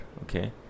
Okay